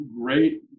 great